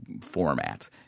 format